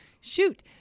shoot